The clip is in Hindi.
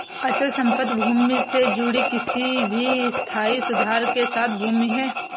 अचल संपत्ति भूमि से जुड़ी किसी भी स्थायी सुधार के साथ भूमि है